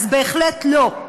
בהחלט לא.